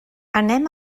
anem